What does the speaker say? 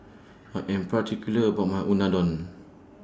I Am particular about My Unadon